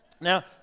Now